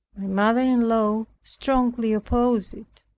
mother-in-law strongly opposed it.